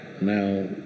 Now